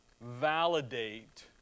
validate